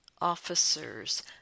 officers